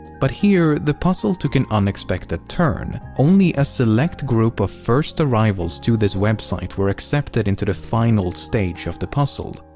but here, the puzzle took an unexpected turn. only a select group of first arrivals to this website were accepted into the final stage of the puzzle.